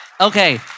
Okay